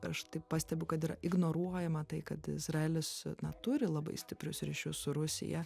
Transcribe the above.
aš tai pastebiu kad yra ignoruojama tai kad izraelis na turi labai stiprius ryšius su rusija